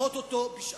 לדחות אותו בשאט-נפש.